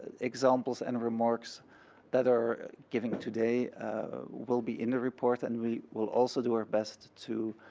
ah examples and remarks that are given today ah will be in the report and we will also do our best to